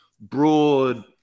broad